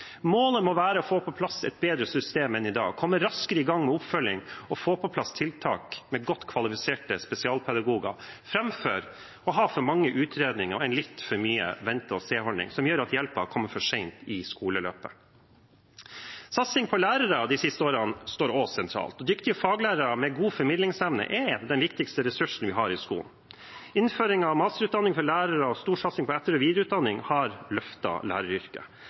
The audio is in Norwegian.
Målet må være å få på plass et bedre system enn i dag, komme raskere i gang med oppfølging og få på plass tiltak med godt kvalifiserte spesialpedagoger, framfor å ha for mange utredninger og en litt for mye vente-og-se-holdning som gjør at hjelpen kommer for sent i skoleløpet. Satsing på lærere de siste årene står også sentralt. Dyktige faglærere med god formidlingsevne er den viktigste ressursen vi har i skolen. Innføringen av masterutdanning for lærere og en storsatsing på etter- og videreutdanning har løftet læreryrket.